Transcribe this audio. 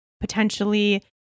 potentially